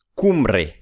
cumbre